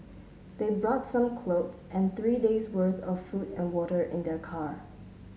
they brought some clothes and three days worth of food and water in their car